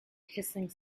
hissing